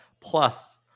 plus